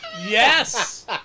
Yes